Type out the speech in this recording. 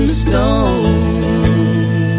stone